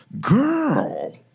Girl